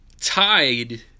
Tied